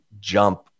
jump